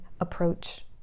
approach